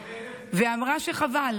ואמרה שחבל,